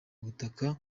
ubutaka